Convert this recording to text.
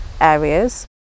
areas